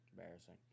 Embarrassing